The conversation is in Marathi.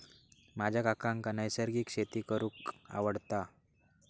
माझ्या काकांका नैसर्गिक शेती करूंक आवडता